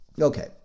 Okay